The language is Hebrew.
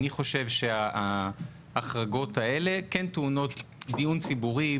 אני חושב שההחרגות האלה כן טעונות דיון ציבורי,